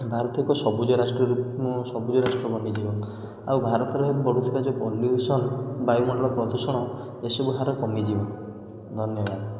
ଭାରତ ଏକ ସବୁଜ ରାଷ୍ଟ୍ର ରୂପେ ସବୁଜ ରାଷ୍ଟ୍ର ବନିଯିବ ଆଉ ଭାରତରେ ଯେଉଁ ବଢ଼ୁଥିବା ପଲ୍ୟୁସନ୍ ବାୟୁମଣ୍ଡଳ ପ୍ରଦୂଷଣ ଏସବୁ ହାର କମିଯିବ ଧନ୍ୟବାଦ